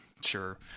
Sure